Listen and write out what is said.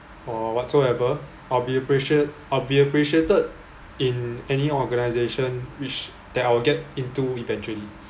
or whatsoever I'll be appreciate~ I'll be appreciated in any organisation which that I will get into eventually